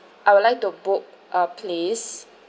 I would like to book a place